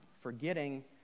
Forgetting